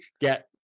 get